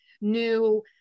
new